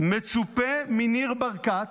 מצופה מניר ברקת,